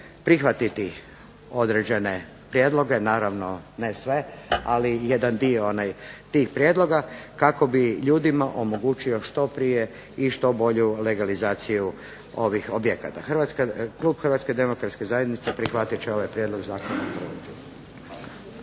prihvatiti određene prijedloge, naravno ne sve, ali jedan dio tih prijedloga kako bi ljudima omogućio što prije i što bolju legalizaciju ovih objekata. Klub Hrvatske demokratske zajednice prihvatit će ovaj prijedlog zakona u prvom čitanju.